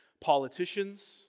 politicians